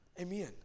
Amen